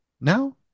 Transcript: now